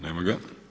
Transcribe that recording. Nema ga.